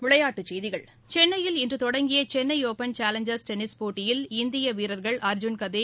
விளையாட்டுச் செய்திகள் சென்னையில் இன்று தொடங்கிய சென்னை ஒப்பன் சேலஞ்சா் டென்னிஸ் போட்டியின் இந்திய வீரர்கள் அர்ஜுன் கதே